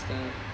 !wah! so nice